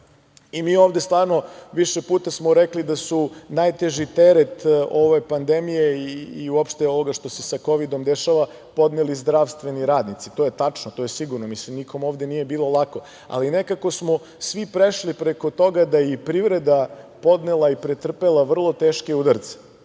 smo ovde više puta rekli da su najteži teret ove pandemije i uopšte ovoga što se sa Kovidom dešava podneli zdravstveni radnici. To je tačno, to je sigurno. Mislim, nikome ovde nije bilo lako, ali nekako smo svi prešli preko toga da je i privreda podnela i pretrpela vrlo teške udarce.